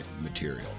material